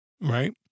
Right